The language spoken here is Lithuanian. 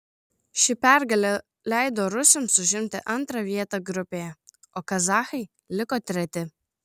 ši pergalė leido rusams užimti antrą vietą grupėje o kazachai liko treti